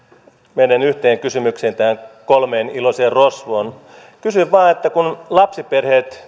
menen yhteen kysymykseen tähän kolmeen iloiseen rosvoon kun lapsiperheet